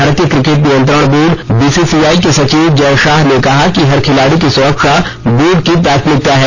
भारतीय क्रिकेट नियंत्रण board BCI के सचिव जय शाह ने कहा कि हर खिलाड़ी की सुरक्षा बोर्ड की प्राथमिकता है